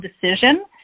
decision